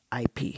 IP